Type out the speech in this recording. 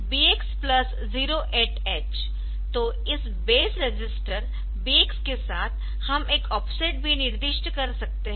तो इस base register BX के साथ हम एक ऑफसेट भी निर्दिष्ट कर सकते है